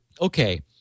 okay